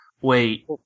Wait